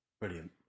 Brilliant